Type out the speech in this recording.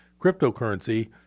cryptocurrency